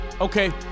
Okay